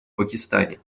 пакистане